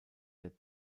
der